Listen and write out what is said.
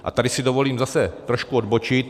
A tady si dovolím zase trošku odbočit.